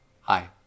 Hi